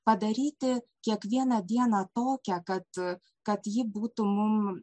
padaryti kiekvieną dieną tokią kad kad ji būtų mum